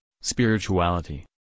spirituality